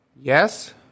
Yes